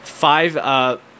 Five